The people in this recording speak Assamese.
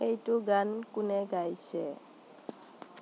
সেইটো গান কোনে গাইছে